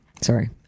Sorry